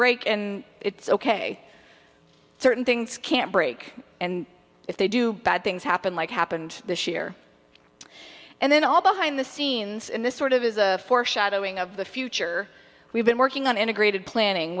break and it's ok certain things can't break and if they do bad things happen like happened this year and then all behind the scenes in this sort of as a foreshadowing of the future we've been working on integrated planning